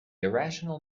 irrational